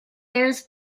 airs